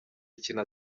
ikintu